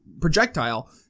projectile